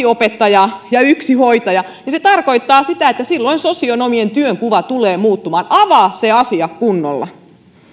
opettajaa ja yksi hoitaja niin se tarkoittaa sitä että silloin sosionomien työnkuva tulee muuttumaan avaa se asia kunnolla